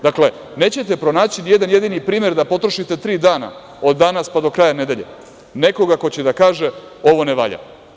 Dakle, nećete pronaći ni jedan jedini primer da potrošite tri dana od danas po do kraja nedelje nekoga ko će da kaže ovo ne valja.